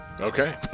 Okay